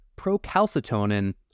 Procalcitonin